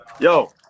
Yo